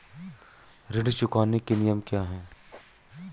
ऋण चुकाने के नियम क्या हैं?